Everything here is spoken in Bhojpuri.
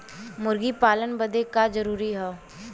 मुर्गी पालन बदे का का जरूरी ह?